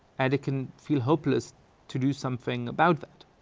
and it can feel hopeless to do something about that.